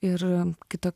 ir kai to